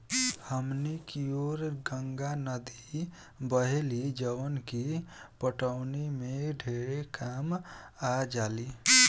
हमनी कियोर गंगा नद्दी बहेली जवन की पटवनी में ढेरे कामे आजाली